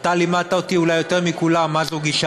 לימדת אותי אולי יותר מכולם מה זו גישה